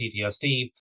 PTSD